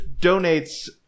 donates